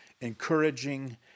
encouraging